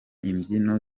imbyino